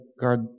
guard